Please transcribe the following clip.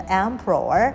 emperor